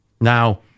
Now